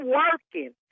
working